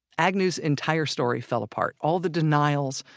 agnew's entire story fell apart, all the denials,